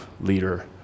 leader